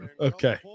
Okay